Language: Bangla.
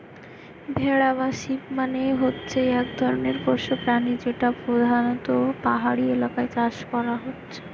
ভেড়া বা শিপ মানে হচ্ছে এক ধরণের পোষ্য প্রাণী যেটা পোধানত পাহাড়ি এলাকায় চাষ হচ্ছে